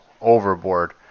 overboard